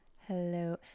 Hello